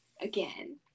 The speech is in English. again